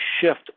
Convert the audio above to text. shift